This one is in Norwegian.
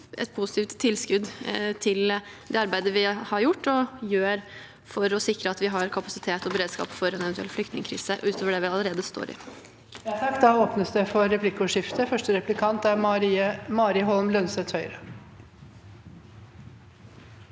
et positivt tilskudd til det arbeidet vi har gjort og gjør for å sikre at vi har kapasitet og beredskap for en eventuell flyktningkrise, utover det vi allerede står i.